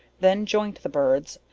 then joint the birds,